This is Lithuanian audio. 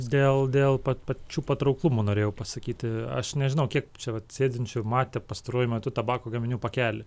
dėl dėl pačių patrauklumo norėjau pasakyti aš nežinau kiek čia vat sėdinčių matė pastaruoju metu tabako gaminių pakelį